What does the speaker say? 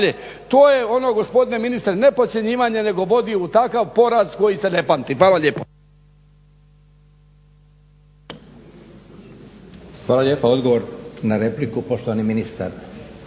to je ono gospodine ministre ne podcjenjivanje nego vodi u takav poraz koji se ne pamti. Hvala lijepa. **Leko, Josip (SDP)** Odgovor na repliku ministar